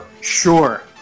Sure